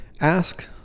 Ask